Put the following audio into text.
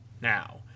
now